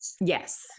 Yes